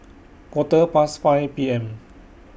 Quarter Past five P M